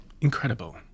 incredible